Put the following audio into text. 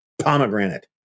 pomegranate